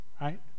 right